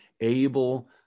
able